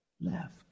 left